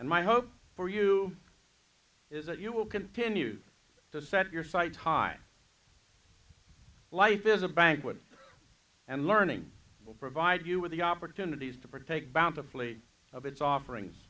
and my hope for you is that you will continue to set your sights high life is a banquet and learning will provide you with the opportunities to partake bountifully of its offerings